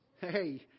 hey